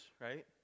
right